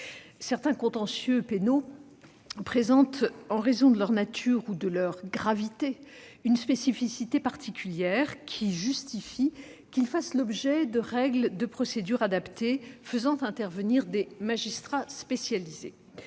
Certains contentieux pénaux présentent, en raison de leur nature ou de leur gravité, une spécificité particulière qui justifie qu'ils fassent l'objet de règles de procédure adaptées faisant intervenir des magistrats spécialisés.